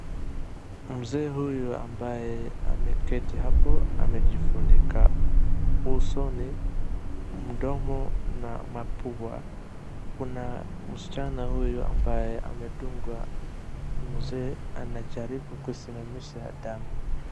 Mzee huyu ambaye ameketi hapo amjifunika usoni, mdomo na mapua. Kuna msichana huyo ambaye amedunga mzee anajaribu kusimamisha damu.